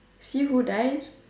see who dies